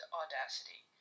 audacity